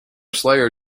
slayer